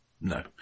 No